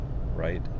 right